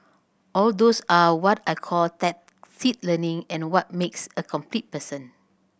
all those are what I call tacit learning and what makes a complete person